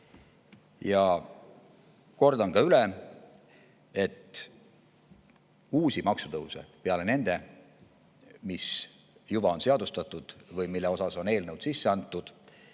Ja kordan üle, et uusi maksutõuse peale nende, mis on juba seadustatud või mille kohta on eelnõud sisse antud,